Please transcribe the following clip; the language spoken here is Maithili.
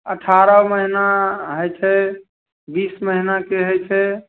अठारह महिना होइ छै बीस महिनाके होइ छै